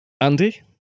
Andy